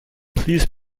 please